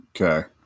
Okay